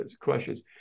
questions